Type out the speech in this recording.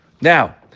Now